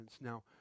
Now